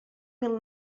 mil